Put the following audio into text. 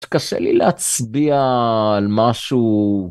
קשה לי להצביע על משהו.